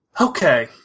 Okay